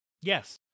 Yes